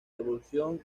revolution